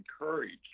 encourage